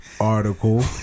article